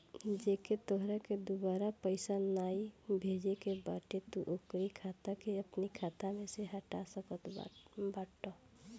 जेके तोहरा के दुबारा पईसा नाइ भेजे के बाटे तू ओकरी खाता के अपनी खाता में से हटा सकत बाटअ